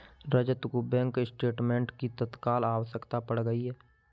रजत को bank statement की तत्काल आवश्यकता पड़ गई है